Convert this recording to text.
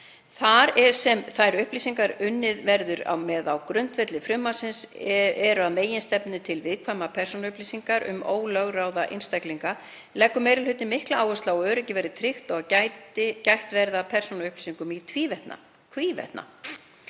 Þar sem þær upplýsingar sem unnið verður með á grundvelli frumvarpsins eru að meginstefnu til viðkvæmar persónuupplýsingar um ólögráða einstaklinga leggur meiri hlutinn mikla áherslu á að öryggi verði tryggt og að gætt verði að persónuupplýsingum í hvívetna. Samkvæmt